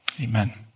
Amen